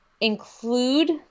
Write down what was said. include